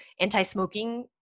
anti-smoking